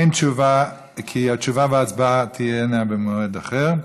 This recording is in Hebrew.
אין תשובה, כי התשובה וההצבעה תהיינה במועד אחר.